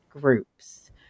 groups